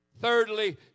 Thirdly